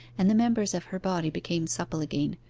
and the members of her body became supple again,